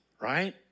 right